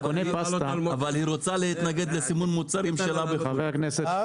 שכשאתה קונה פסטה --- אבל היא רוצה להתנגד לסימון מוצרים שלה בחו"ל.